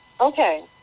okay